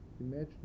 Imagine